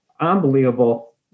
unbelievable